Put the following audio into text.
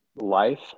life